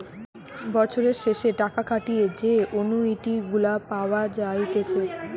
বছরের শেষে টাকা খাটিয়ে যে অনুইটি গুলা পাওয়া যাইতেছে